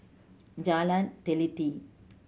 Jalan Teliti